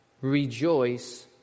rejoice